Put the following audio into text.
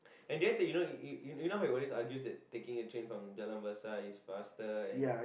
and then to you know how you always argues that taking a train from Jalan-Besar is faster and